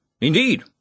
indeed